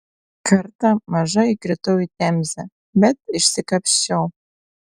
kartą maža įkritau į temzę bet išsikapsčiau